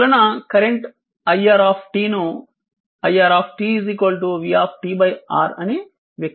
అందువలన current iR ను iR vR అని వ్యక్తీకరించవచ్చు చేయబడుతుంది